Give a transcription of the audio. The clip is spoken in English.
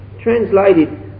translated